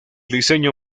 diseño